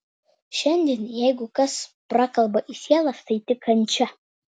šiandien jeigu kas prakalba į sielas tai tik kančia